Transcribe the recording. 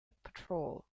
patrol